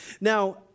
Now